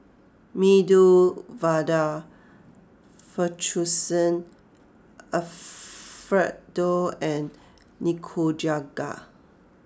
Medu Vada Fettuccine Alfredo and Nikujaga